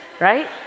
Right